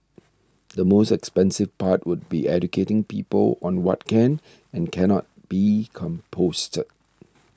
the most expensive part would be educating people on what can and can not be composted